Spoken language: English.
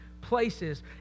places